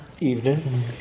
Evening